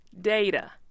Data